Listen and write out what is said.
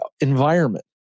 Environment